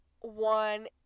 one